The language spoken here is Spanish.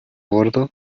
bordo